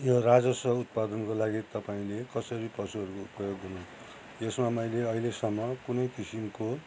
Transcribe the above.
यो राजस्व उत्पादनको लागि तपाईँले कसरी पशुहरूको प्रयोग गर्नु हुन्छ यसमा मैले अहिलेसम्म कुनै किसिमको